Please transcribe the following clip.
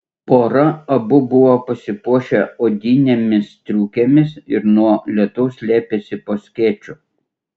pora abu buvo pasipuošę odinėmis striukėmis ir nuo lietaus slėpėsi po skėčiu